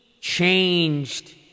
changed